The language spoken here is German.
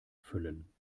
füllen